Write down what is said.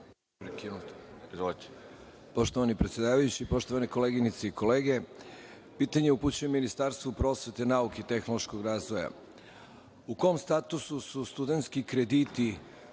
Poštovani predsedavajući, poštovane koleginice i kolege, pitanje upućujem Ministarstvu prosvete, nauke i tehnološkog razvoja.U kom statusu su studentski krediti